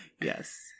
Yes